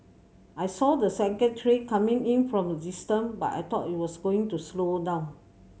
I saw the second train coming in from a distance but I thought it was going to slow down